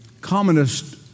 communist